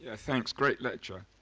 ah thanks, great lecture.